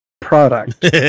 product